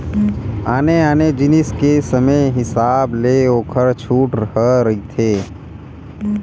आने आने जिनिस के समे हिसाब ले ओखर छूट ह रहिथे